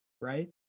right